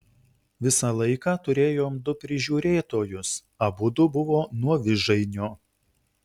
visą laiką turėjom du prižiūrėtojus abudu buvo nuo vižainio